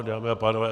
Dámy a pánové.